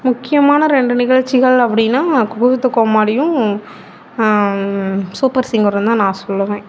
முக்கியமான ரெண்டு நிகழ்ச்சிகள் அப்படின்னா குக்கு வித்து கோமாளியும் சூப்பர் சிங்கரும் தான் நான் சொல்லுவேன்